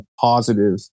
positive